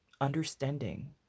understanding